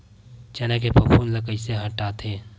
चना के फफूंद ल कइसे हटाथे?